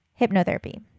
Hypnotherapy